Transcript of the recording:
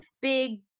big